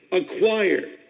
acquired